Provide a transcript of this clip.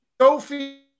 Sophie